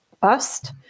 bust